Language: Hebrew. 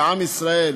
לעם ישראל,